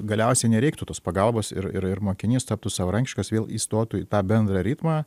galiausiai nereiktų tos pagalbos ir ir ir mokinys taptų savarankiškas vėl įstotų į tą bendrą ritmą